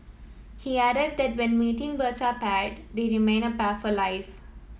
he added that when mating birds are paired they remain a pair for life